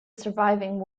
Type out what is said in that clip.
surviving